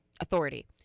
authority